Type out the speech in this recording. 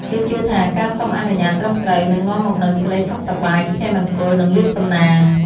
គេជឿថា ការសុំអនុញ្ញាតត្រឹមត្រូវ នឹងនាំមកនូវ សេចក្តីសុខសប្បាយ សុភមង្គល និងលាភសំណាង។